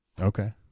okay